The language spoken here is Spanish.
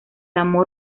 amor